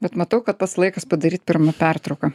bet matau kad pats laikas padaryt pirmą pertrauką